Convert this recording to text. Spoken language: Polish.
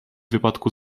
wypadku